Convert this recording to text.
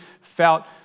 felt